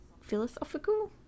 philosophical